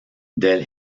del